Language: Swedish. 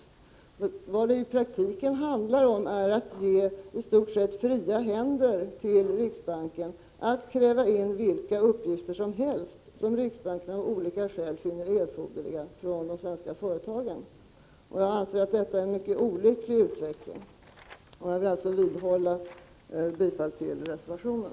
Vad det i praktiken handlar om är att ge riksbanken i stort sett fria händer att kräva in vilka uppgifter som helst från de svenska företagen. Jag anser att detta är en mycket olycklig utveckling och vidhåller därför mitt yrkande om bifall till reservationen.